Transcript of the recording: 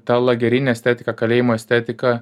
ta lagerinė estetika kalėjimo estetika